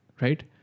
Right